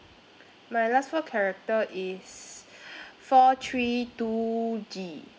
my last four character is four three two G